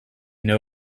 know